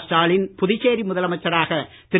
ஸ்டாலின் புதுச்சேரி முதலமைச்சராக திரு